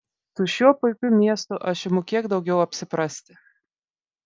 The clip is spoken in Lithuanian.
su šiuo puikiu miestu aš imu kiek daugiau apsiprasti